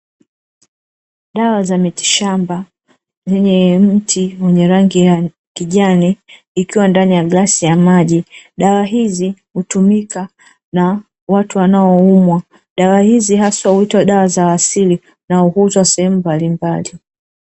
Dawa za miti shamba zenye mti wenye rangi kijani ikiwa ndani ya glasi ya maji. Dawa hizi hutumika na watu wanaoumwa. Dawa hizi hasa huitwa dawa za asili na huuzwa sehemu mbalimbali.